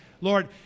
Lord